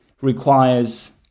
requires